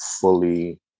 fully